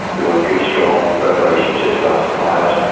we want good, strong, firm relationships with our suppliers,